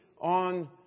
on